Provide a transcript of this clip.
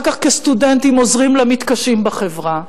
אחר כך כסטודנטים עוזרים למתקשים בחברה.